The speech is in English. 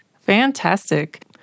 Fantastic